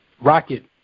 Rocket